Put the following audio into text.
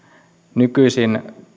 nykyisin